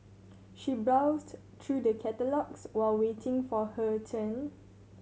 she browsed through the catalogues while waiting for her turn